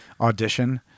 Audition